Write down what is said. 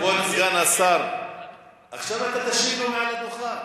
כבוד סגן השר, עכשיו אתה תשיב לו מעל הדוכן.